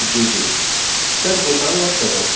جی جی سر غفران بات کر رہا ہوں